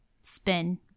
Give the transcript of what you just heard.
spin